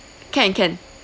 can can